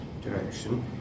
direction